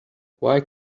why